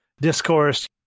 discourse